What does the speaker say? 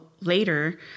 later